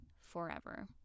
forever